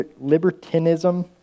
libertinism